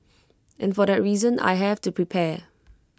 and for that reason I have to prepare